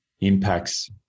impacts